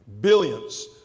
Billions